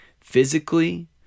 physically